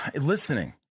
listening